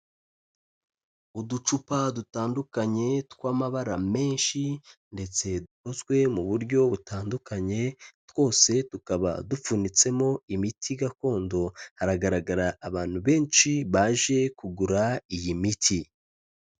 Uducupa dutandukanye tw'amabara menshi ndetse dukozwe mu buryo butandukanye, twose tukaba dupfunyitsemo imiti gakondo, haragaragara abantu benshi baje kugura iyi miti.